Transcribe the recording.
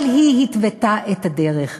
אבל היא התוותה את הדרך,